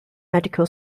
medical